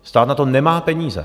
Stát na to nemá peníze.